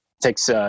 takes